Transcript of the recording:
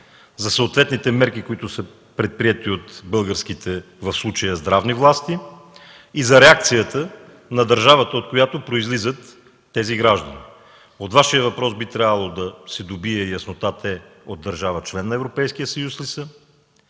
за съответните мерки, които са предприети от българските, в случая здравни власти, и за реакцията на държавата, от която произлизат тези граждани. От Вашия отговор би трябвало да се добие яснота: те от държава – член на Европейския съюз ли са,